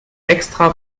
extra